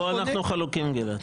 פה אנחנו חלוקים, גלעד.